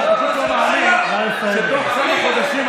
אתה לא מאמין שתוך כמה חודשים,